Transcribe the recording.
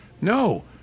No